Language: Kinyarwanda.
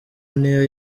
niyo